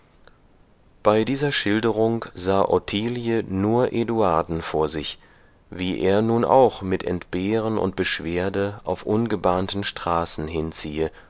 bei dieser schilderung sah ottilie nur eduarden vor sich wie er nun auch mit entbehren und beschwerde auf ungebahnten straßen hinziehe